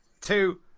two